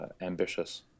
ambitious